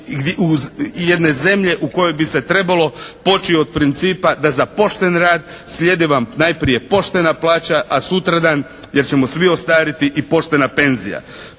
i jedne zemlje u kojoj bi se trebalo poći od principa da za pošten rad sljede vam najprije poštena plaća a sutradan, jer ćemo svi ostariti i poštena penzija.